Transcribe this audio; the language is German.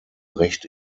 recht